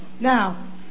Now